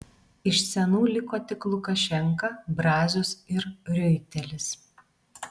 iš senų liko tik lukašenka brazius ir riuitelis